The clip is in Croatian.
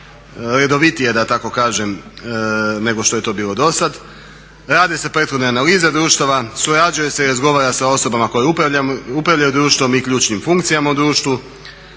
redovitije nego što je to bilo dosad, rade se prethodne analize društava, surađuje se i razgovara sa osobama koje upravljaju društvom i ključnim funkcijama u društvu,